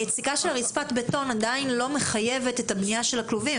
היציקה של רצפת הבטון עדיין לא מחייבת את הבנייה של הכלובים.